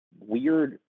weird